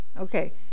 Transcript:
Okay